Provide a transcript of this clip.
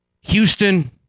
Houston